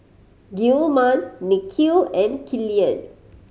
Gilman Nikhil and Killian